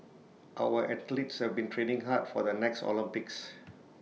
our athletes have been training hard for the next Olympics